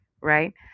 right